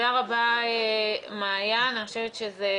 לפלח מסוים של אנשים ולרמוס אותן זכויות לקבוצה אחרת שחיה